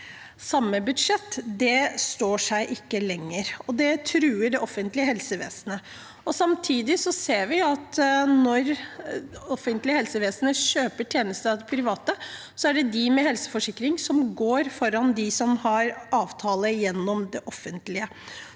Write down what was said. samme budsjett, står seg ikke lenger, og det truer det offentlige helsevesenet. Samtidig ser vi at når det offentlige helsevesenet kjøper tjenester av det private, er det de med helseforsikring som går foran de som har avtale gjennom det offentlige.